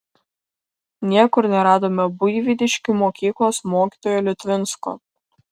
niekur neradome buivydiškių mokyklos mokytojo liutvinsko